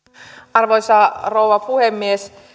arvoisa rouva puhemies